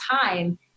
time